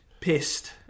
pissed